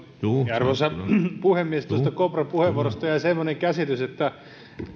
arvoisa puhemies tuosta kopran puheenvuorosta jäi semmoinen käsitys että